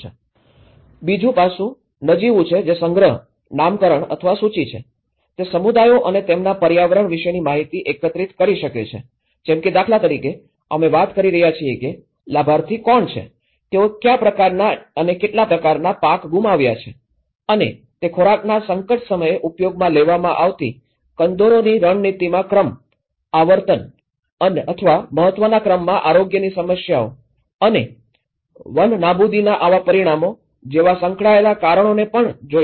બીજો પાસું નજીવું છે જે સંગ્રહ નામકરણ અથવા સૂચિ છે તે સમુદાયો અને તેમના પર્યાવરણ વિશેની માહિતી એકત્રિત કરી શકે છે જેમ કે દાખલા તરીકે અમે વાત કરી રહ્યા છીએ કે લાભાર્થી કોણ છે તેઓએ કયા પ્રકારનાં અને કેટલા પાક ગુમાવ્યા છે અને તે ખોરાકના સંકટ સમયે ઉપયોગમાં લેવામાં આવતી કંદોરોની રણનીતિના ક્રમ આવર્તન અથવા મહત્વના ક્રમમાં આરોગ્યની સમસ્યાઓ અને વનનાબૂદીના આવા પરિણામો જેવા સંકળાયેલા કારણોને પણ જોઈ શકે છે